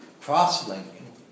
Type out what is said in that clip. cross-linking